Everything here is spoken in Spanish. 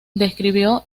describió